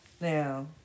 Now